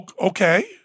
okay